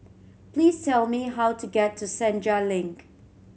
please tell me how to get to Senja Link